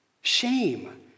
Shame